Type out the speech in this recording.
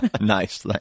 Nice